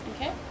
Okay